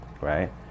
right